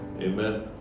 Amen